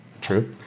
true